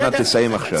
אנא תסיים עכשיו.